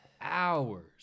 Hours